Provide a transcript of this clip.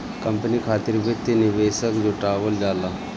company खातिर वित्तीय निवेशक जुटावल जाला